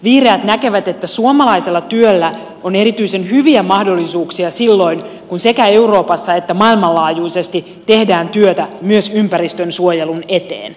vihreät näkevät että suomalaisella työllä on erityisen hyviä mahdollisuuksia silloin kun sekä euroopassa että maailmanlaajuisesti tehdään työtä myös ympäristönsuojelun eteen